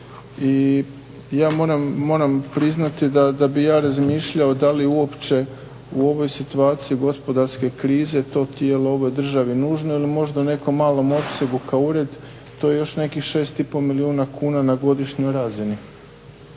i ja moram priznati da bih ja razmišljao da li uopće u ovoj situaciji gospodarske krize to tijelo ovoj državi nužno ili možda nekom malom opsegu kao ured. To je još nekih 6,5 milijuna kuna na godišnjoj razini.